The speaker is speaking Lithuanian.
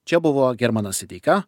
čia buvo hermanas siteika